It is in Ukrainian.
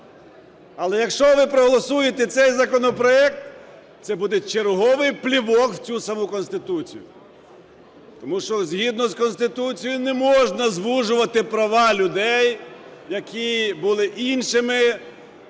Але якщо ви проголосуєте цей законопроект, це буде черговий плювок в цю саму Конституцію. Тому що, згідно з Конституцією, не можна звужувати права людей, які були іншими,